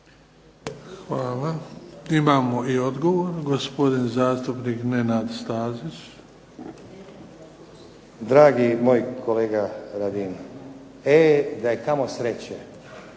Hvala. Imamo i odgovor, gospodin zastupnik Nenad Stazić. **Stazić, Nenad (SDP)** Dragi moj kolega Radin, e da je kamo sreće